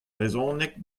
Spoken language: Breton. brezhoneg